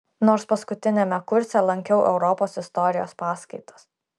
nors paskutiniame kurse lankiau europos istorijos paskaitas